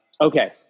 Okay